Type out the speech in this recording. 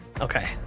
Okay